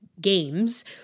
games